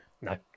No